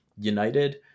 United